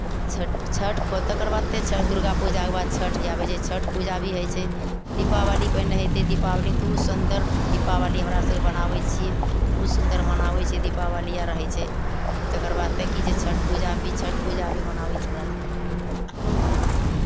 छठि छठि पर्व तकरबाद तऽ छ दुर्गा पूजाके बाद छठि आबै छै छठि पूजा भी होइ छै दीपावली पहिने हेतै दीपावलीमे तऽ ओ सुन्दर दीपावली हमरा सभकेँ मनाबै छियै ओ सुन्दर मनाबै छियै दीपावली आर रहै छै तकरबाद फेर की छै छठि पूजामे भी छठि पूजा भी मनाबै छियै हमरा आरकेँ